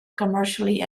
commercially